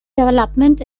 development